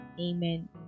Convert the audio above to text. amen